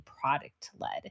product-led